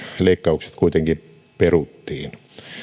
leikkaukset kuitenkin peruttiin